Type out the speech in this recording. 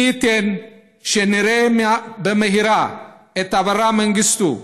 מי ייתן שנראה במהרה את אברה מנגיסטו,